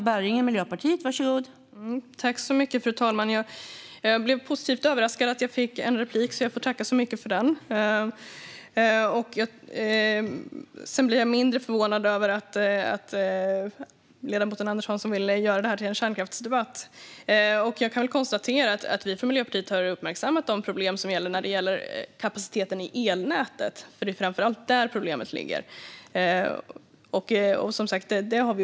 Fru talman! Jag blev positivt överraskad av att jag fick en replik. Jag får tacka så mycket för den. Sedan blir jag mindre förvånad över att ledamoten Anders Hansson vill göra det här till en kärnkraftsdebatt. Jag kan konstatera att vi från Miljöpartiet har uppmärksammat de problem som finns när det gäller kapaciteten i elnäten. Det är framför allt där problemet ligger.